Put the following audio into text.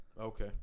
Okay